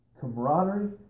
camaraderie